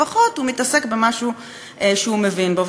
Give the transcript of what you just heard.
לפחות הוא מתעסק במשהו שהוא מבין בו.